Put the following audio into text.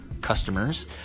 customers